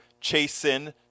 chasing